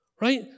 right